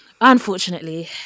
unfortunately